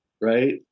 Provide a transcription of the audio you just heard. Right